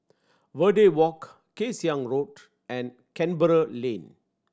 Verde Walk Kay Siang Road and Canberra Lane